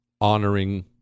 honoring